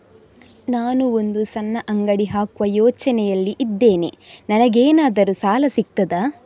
ನಾನು ಒಂದು ಸಣ್ಣ ಅಂಗಡಿ ಹಾಕುವ ಯೋಚನೆಯಲ್ಲಿ ಇದ್ದೇನೆ, ನನಗೇನಾದರೂ ಸಾಲ ಸಿಗ್ತದಾ?